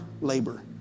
labor